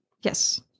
Yes